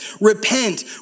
repent